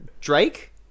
Drake